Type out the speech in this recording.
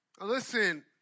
Listen